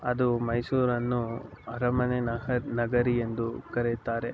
ಅದು ಮೈಸೂರನ್ನು ಅರಮನೆ ನಹರ್ ನಗರಿ ಎಂದು ಕರೆಯುತ್ತಾರೆ